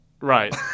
Right